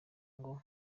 ngo